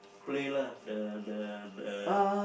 play lah the the the